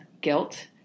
guilt